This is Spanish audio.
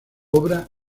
obra